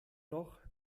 noch